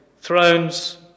thrones